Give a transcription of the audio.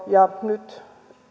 ja nyt